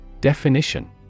Definition